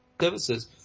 services